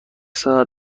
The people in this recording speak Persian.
ساعت